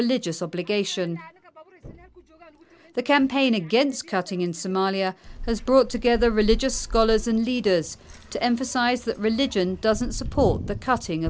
religious obligation the campaign against cutting in somalia has brought together religious scholars and leaders to emphasize that religion doesn't support the cutting